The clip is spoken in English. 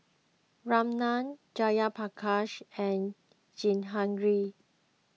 Ramnath Jayaprakash and Jehangirr